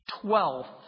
twelfth